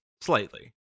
slightly